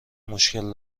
مشکل